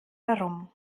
herum